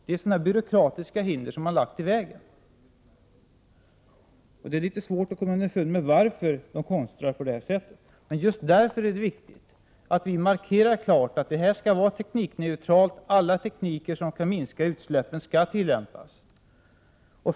Det är sådana byråkratiska hinder som man lagt i vägen. Det är litet svårt att komma underfund med varför man konstrar på det sättet. Därför är det viktigt att vi klart markerar att det här skall vara teknikneutralt — alla tekniker som kan minska utsläppen skall tillämpas.